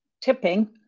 Tipping